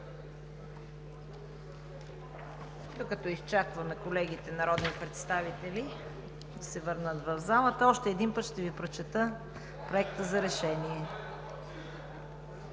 Докато изчакваме колегите народни представители да се върнат в залата, още един път ще Ви прочета Проекта за решение: